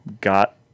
got